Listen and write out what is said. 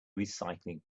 recycling